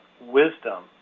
wisdom